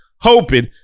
hoping